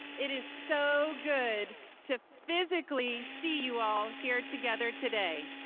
it is so good to physically see you all here together today.